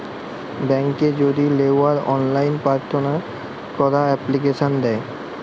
ব্যাংকে যদি লেওয়ার অললাইন পার্থনা ক্যরা এপ্লিকেশন দেয়